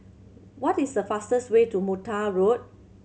what is the fastest way to Mata Road